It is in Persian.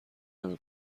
نمی